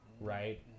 right